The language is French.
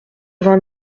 vingt